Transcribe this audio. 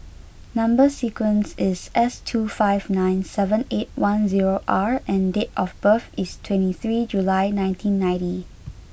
number sequence is S two five nine seven eight one zero R and date of birth is twenty three July nineteen ninety